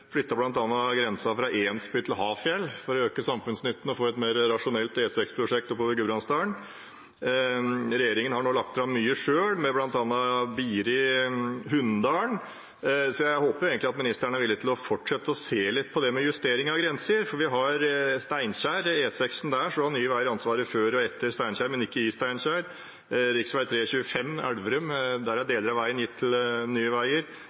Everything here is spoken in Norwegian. til Hafjell for å øke samfunnsnytten og få et mer rasjonelt E6-prosjekt oppover Gudbrandsdalen. Regjeringen har nå lagt fram mye selv, som bl.a. Biri–Hunndalen, så jeg håper ministeren er villig til å fortsette å se litt på det med justering av grenser. På E6 Steinkjer har Nye Veier ansvaret før og etter Steinkjer, men ikke i Steinkjer. Når det gjelder rv. 3/25 Elverum, er deler av veien gitt til Nye Veier.